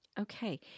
okay